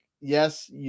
yes